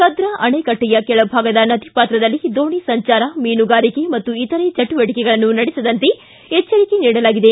ಕದ್ರಾ ಆಣೆಕಟ್ಟೆಯ ಕೆಳಭಾಗದ ನದಿಪಾತ್ರದಲ್ಲಿ ದೋಣಿ ಸಂಚಾರ ಮೀನುಗಾರಿಕೆ ಮತ್ತು ಇತರೆ ಚಟುವಟಕೆಗಳನ್ನು ನಡೆಸದಂತೆ ಎಚ್ಚರಿಕೆ ನೀಡಲಾಗಿದೆ